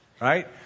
right